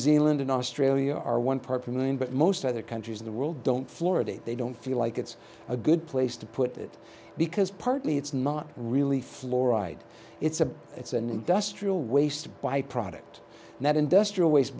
zealand and australia are one purple moon but most other countries in the world don't florida they don't feel like it's a good place to put it because partly it's not really fluoride it's a it's an industrial waste byproduct that industrial waste